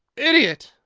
idiot!